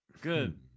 good